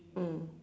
mm